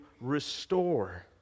restore